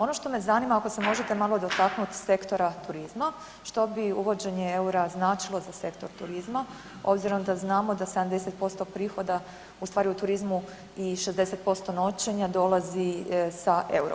Ono što me zanima ako se možete malo dotaknuti sektora turizma što bi uvođenje eura značilo za sektor turizma obzirom da znamo da 70% prihoda ustvari u turizmu i 60% noćenja dolazi sa euro područja.